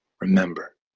remember